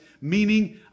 meaning